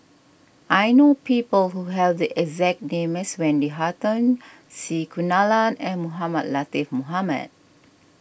I know people who have the exact name as Wendy Hutton C Kunalan and Mohamed Latiff Mohamed